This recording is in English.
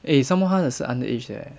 eh some more 他的是 underage leh